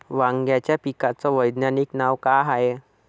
वांग्याच्या पिकाचं वैज्ञानिक नाव का हाये?